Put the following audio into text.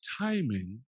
timing